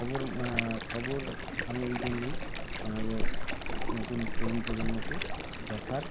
খবর খবর আমি এই জন্যই আমাদের নতুন তরুণ প্রজন্মকে দেখার